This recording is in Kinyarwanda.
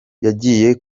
yagiye